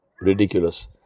ridiculous